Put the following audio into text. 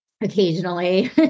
occasionally